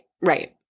Right